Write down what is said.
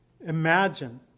imagine